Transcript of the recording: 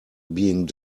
being